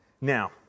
Now